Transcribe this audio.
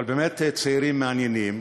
אבל באמת צעירים מעניינים,